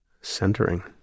centering